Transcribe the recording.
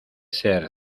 ser